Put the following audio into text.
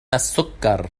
السكر